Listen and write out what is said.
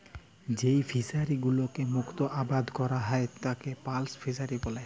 যেই ফিশারি গুলোতে মুক্ত আবাদ ক্যরা হ্যয় তাকে পার্ল ফিসারী ব্যলে